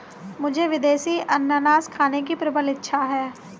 मुझे विदेशी अनन्नास खाने की प्रबल इच्छा है